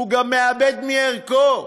הוא גם מאבד מערכו.